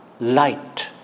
light